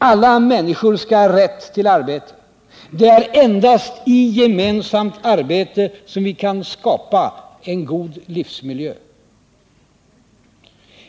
Alla människor skall ha rätt till arbete. Det är endast i gemensamt arbete som vi kan skapa en god livsmiljö.